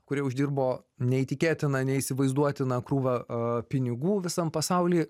kurie uždirbo neįtikėtiną neįsivaizduotiną krūvą pinigų visam pasauly